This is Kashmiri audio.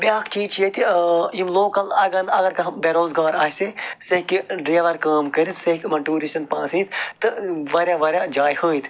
بیٛاکھ چیٖز چھِ ییٚتہِ ٲں یِم لوکَل اگر نہٕ اَگر کانٛہہ بےٚ روزگار آسہِ سُہ ہیٚکہِ ڈرٛایوَر کٲم کٔرِتھ سُہ ہیٚکہِ یِمَن ٹیٛوٗرِسٹَن پانَس سۭتۍ نتھ تہٕ واریاہ واریاہ جایہِ ہٲوِتھ